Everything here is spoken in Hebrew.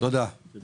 עוד